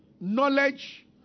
knowledge